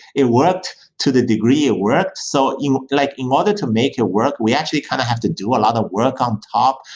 it worked to the degree it worked. so in like in order to make it work, we actually kind of have to do a lot of work on top.